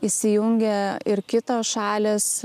įsijungia ir kitos šalys